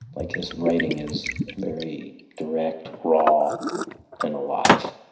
like, his writing is very direct, raw and alive.